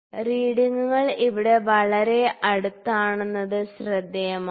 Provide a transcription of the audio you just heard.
റീഡിങ്ങുകൾ ഇവിടെ വളരെ അടുത്താണെന്നത് ശ്രദ്ധേയമാണ്